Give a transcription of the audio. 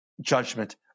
judgment